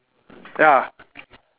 ya